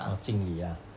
orh 敬礼 ah